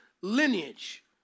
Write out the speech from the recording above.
lineage